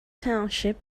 township